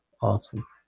awesome